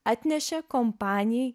atnešė kompanijai